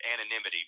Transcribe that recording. anonymity